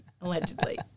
allegedly